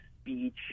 speech